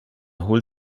hol